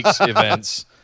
events